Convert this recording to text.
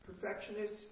perfectionist